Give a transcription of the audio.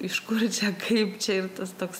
iš kur čia kaip čia ir tas toks